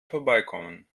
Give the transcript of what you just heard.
vorbeikommen